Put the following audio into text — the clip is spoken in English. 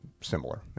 similar